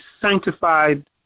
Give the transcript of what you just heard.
sanctified